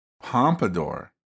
Pompadour